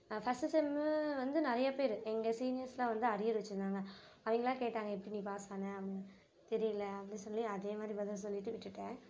first sem வந்து நிறைய பேர் எங்கள் சீனியர்ஸ்லாம் வந்து அரியர் வச்சிருந்தாங்க அவங்கலாம் கேட்டாங்கள் எப்படி நீ பாஸ் பண்ண அப்படின்னு தெரியல அப்படி சொல்லி அதே மாதிரி பதில் சொல்லிட்டு விட்டுட்டேன்